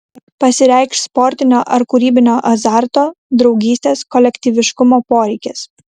pasireikš sportinio ar kūrybinio azarto draugystės kolektyviškumo poreikis